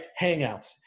Hangouts